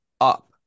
up